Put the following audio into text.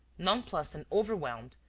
nonplussed and overwhelmed,